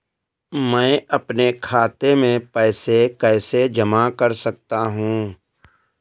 मैं अपने खाते में पैसे कैसे जमा कर सकता हूँ?